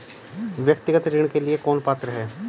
व्यक्तिगत ऋण के लिए कौन पात्र है?